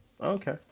Okay